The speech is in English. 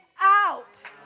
out